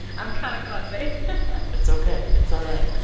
i'm kind of klutzy it's ok. it's all right